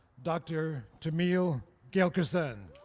dr. tammeil gilkerson.